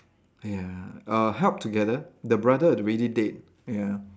ya uh help together the brother already dead ya